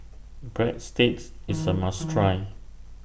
Breadsticks IS A must Try